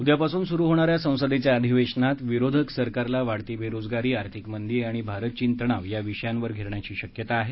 उद्यापासून सुरू होणाऱ्या संसदेच्या अधिवेशनात विरोधक सरकारला वाढती बेरोजगारी आर्थिक मंदी आणि भारत चीन तणाव या विषयांवर घेरण्याची शक्यता आहे